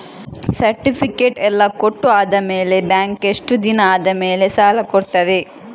Certificate ಎಲ್ಲಾ ಕೊಟ್ಟು ಆದಮೇಲೆ ಬ್ಯಾಂಕ್ ಎಷ್ಟು ದಿನ ಆದಮೇಲೆ ಸಾಲ ಕೊಡ್ತದೆ?